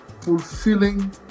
fulfilling